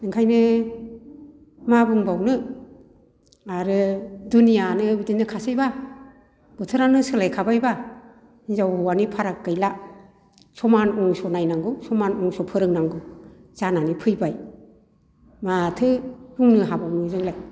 ओंखायनो मा बुंबावनो आरो दुनियायानो बिदिनोखासै बा बोथोरानो सोलाय खाबायबा हिनजाव हौवानि फाराग गैला समान रोखोम नायनांगौ समान रोखोम फोरोंनांगौ जानानै फैबाय माथो बुंनो हाबावनो जोंलाय